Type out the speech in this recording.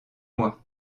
moi